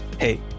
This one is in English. Hey